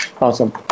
Awesome